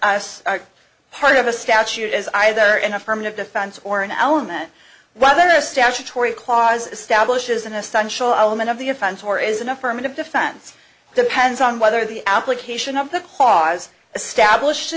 are part of a statute as either an affirmative defense or an element whether a statutory clause establishes an essential element of the offense or is an affirmative defense depends on whether the application of the cause establishe